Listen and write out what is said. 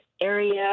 area